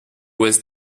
was